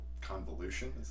convolution